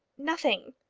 nothing.